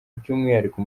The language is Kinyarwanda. by’umwihariko